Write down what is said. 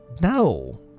no